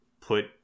put